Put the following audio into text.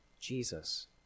jesus